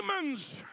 demons